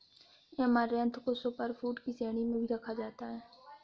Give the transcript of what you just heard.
amaranth को super food की श्रेणी में भी रखा जाता है